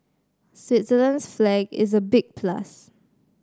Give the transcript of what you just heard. Switzerland's flag is a big plus